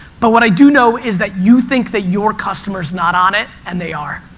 but what i do know is that you think that your customer's not on it and they are.